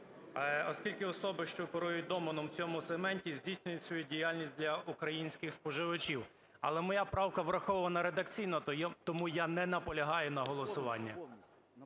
оскільки особи, що керують доменом в цьому сегменті, здійснюють свою діяльність для українських споживачів. Але моя правка врахована редакційно, тому я не наполягаю на голосуванні.